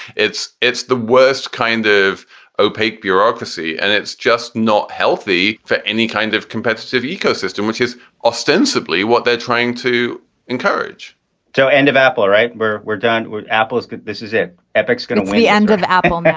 it's it's the worst kind of opaque bureaucracy and it's just not healthy for any kind of competitive ecosystem, which is ostensibly what they're trying to encourage so end of apple, right where we're done with apple is this is it ebix going to the end of apple now